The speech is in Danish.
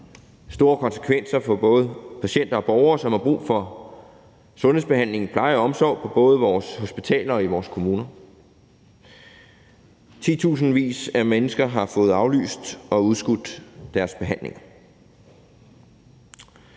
store konsekvenser for både patienter og borgere, som har brug for sundhedsbehandling, pleje og omsorg, både på vores hospitaler og i vores kommuner. Titusindvis af mennesker har fået aflyst og udskudt deres behandling.